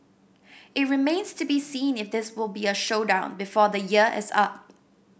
it remains to be seen if this will be a showdown before the year is up